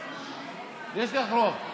יש לך רוב.